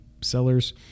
sellers